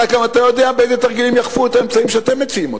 אבל אתה גם יודע באיזה תרגילים יעקפו את האמצעים שאתם מציעים.